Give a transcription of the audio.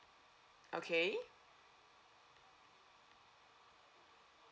okay